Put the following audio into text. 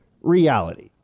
reality